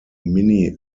mini